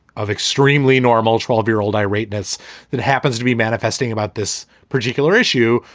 of extremely normal twelve year old irate ness that happens to be manifesting about this particular issue,